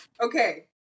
Okay